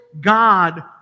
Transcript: God